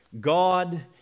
God